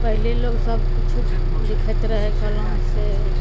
पहिले लोक सब किछु लिखैत रहै कलम से